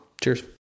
Cheers